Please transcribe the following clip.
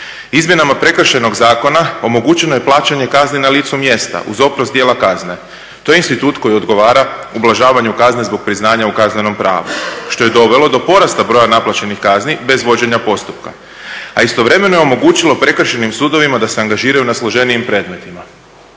Izmjenama Prekršajnog zakona omogućeno je plaćanje kazne na licu mjesta uz oprost dijela kazne. To je institut koji odgovara ublažavanju kazne zbog priznanja u kaznenom pravu što je dovelo do porasta broja naplaćenih kazni bez vođenja postupka, a istovremeno je omogućilo Prekršajnim sudovima da se angažiraju na složenijim predmetima.